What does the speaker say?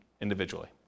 individually